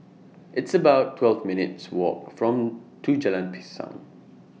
It's about twelve minutes Walk from to Jalan Pisang